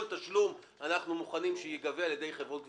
תשלום אנחנו מוכנים שייגבה על ידי חברות הגבייה,